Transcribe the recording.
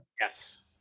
Yes